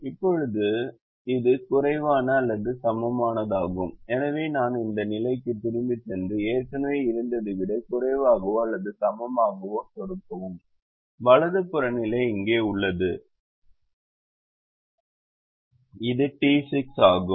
இப்போது இது குறைவான அல்லது சமமானதாகும் எனவே நான் இந்த நிலைக்குத் திரும்பிச் சென்று ஏற்கனவே இருந்ததை விட குறைவாகவோ அல்லது சமமாகவோ சொடுக்கவும் வலது புற நிலை இங்கே உள்ளது இது டி 6 ஆகும்